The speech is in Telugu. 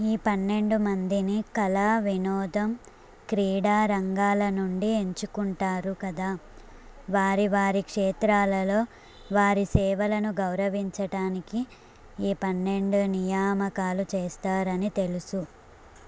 ఈ పన్నెండు మందిని కళా వినోదం క్రీడా రంగాల నుండి ఎంచుకుంటారు కదా వారి వారి క్షేత్రాలలో వారి సేవలను గౌరవించటానికి ఈ పన్నెండు నియామకాలు చేస్తారని తెలుసు